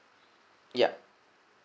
ya